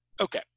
Okay